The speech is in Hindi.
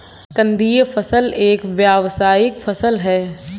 कंदीय फसल एक व्यावसायिक फसल है